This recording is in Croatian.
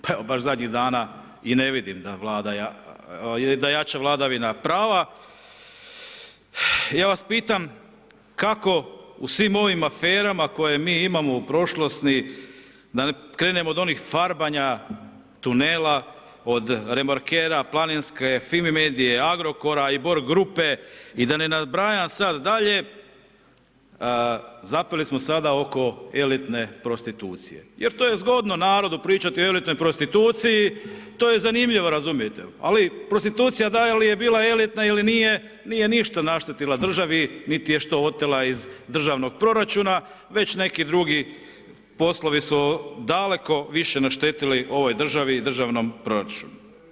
Pa evo baš zadnjih dana i ne vidim da jača vladavina prava i ja vas pitam kako u svim ovim aferama koje mi imamo u prošlosti, da ne krenem od onih farbanja tunela, od remorkera, planinske fimi medije, Agrokora i Borg grupe i da ne nabrajam sad dalje, zapeli smo sada oko elitne prostitucije jer to je zgodno narodu pričati o elitnoj prostituciji, to je zanimljivo razumijete, ali prostitucija da li je bila elitna ili nije, nije ništa naštetila državi niti je što otela iz državnog proračuna, već neki drugi poslovi su daleko više naštetili ovoj državi i državnom proračunu.